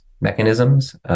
mechanisms